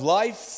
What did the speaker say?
life